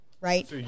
Right